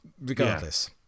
Regardless